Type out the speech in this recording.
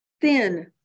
thin